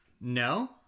No